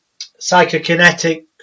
psychokinetic